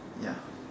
ya